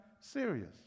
Serious